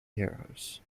heroes